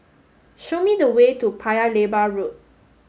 show me the way to Paya Lebar Road